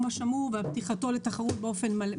השמור ועל פתיחתו לתחרות באופן מלא.